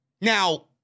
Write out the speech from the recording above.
now